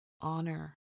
honor